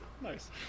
Nice